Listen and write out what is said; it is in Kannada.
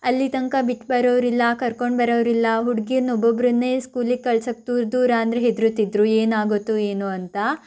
ಅಲ್ಲಿ ತನಕ ಬಿಟ್ಟು ಬರೋರಿಲ್ಲ ಕರ್ಕೊಂಡು ಬರೋರಿಲ್ಲ ಹುಡ್ಗೀರನ್ನ ಒಬ್ಬೊಬ್ಬರನ್ನೇ ಸ್ಕೂಲಿಗೆ ಕಳ್ಸೋಕ್ಕೆ ದೂರ ದೂರ ಅಂದರೆ ಹೆದರ್ರ್ತಿದ್ರು ಏನಾಗತ್ತೋ ಏನೋ ಅಂತ